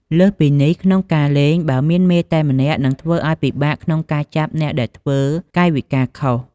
លើសពីនេះ ក្នុងការលេង បើមានមេតែម្នាក់នឹងធ្វើឱ្យពិបាកក្នុងការចាប់អ្នកដែលធ្វើកាយវិការខុស។